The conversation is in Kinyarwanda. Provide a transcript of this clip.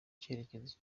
cyerekezo